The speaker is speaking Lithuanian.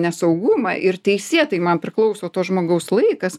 nesaugumą ir teisėtai man priklauso to žmogaus laikas